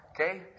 Okay